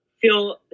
feel